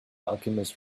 alchemist